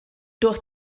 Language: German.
durch